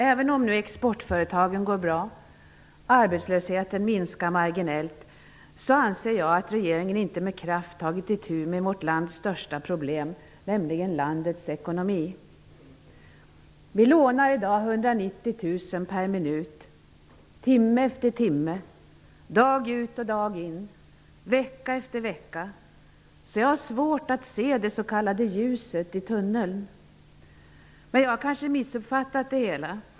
Även om nu exportföretagen går bra och arbetslösheten minskar marginellt anser jag att regeringen inte med kraft tagit itu med vårt lands största problem, nämligen landets ekonomi. Vi lånar i dag 190 000 kronor per minut, timme efter timme, dag ut och dag in, vecka efter vecka. Jag har svårt att se det s.k. ljuset i tunneln. Men jag har kanske missuppfattat det hela.